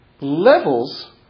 levels